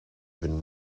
been